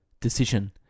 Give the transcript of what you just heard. Decision